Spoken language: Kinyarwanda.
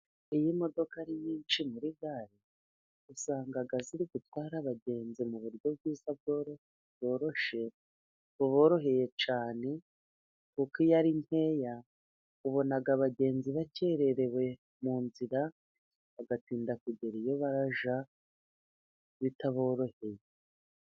Iyo imodoka ari nyinshi muri gare usanga ziri gutwara abagenzi mu buryo bwiza bworoshye, buboroheye cyane, kuko iyo ari nkeya, ubona abagenzi bakererewe mu nzira bagatinda kugera iyo bajya bitaboroheye.